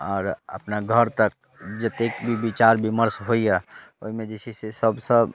आओर अपना घर तक जतेक भी विचार विमर्श होइए ओहिमे जे छै से सभसँ